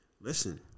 Listen